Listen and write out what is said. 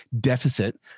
deficit